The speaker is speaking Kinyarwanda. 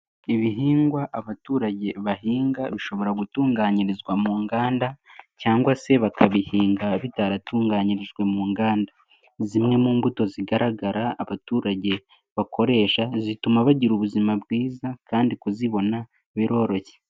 Ibihingwa abaturage bahinga bishobora gutunganyirizwa mu nganda, cyangwa se bakabihinga bitaratunganyirijwe mu nganda. Zimwe mu mbuto zigaragara abaturage bakoresha, zituma bagira ubuzima bwiza kandi kuzibona biroroshye.